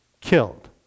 killed